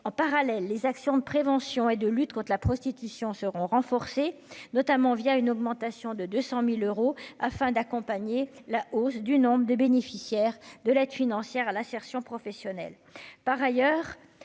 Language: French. en parallèle les actions de prévention et de lutte contre la prostitution seront renforcées, notamment via une augmentation de 200000 euros afin d'accompagner la hausse du nombre de bénéficiaires de l'aide financière à l'insertion professionnelle,